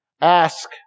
Ask